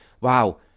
wow